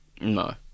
No